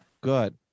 Good